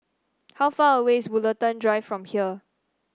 how far away is Woollerton Drive from here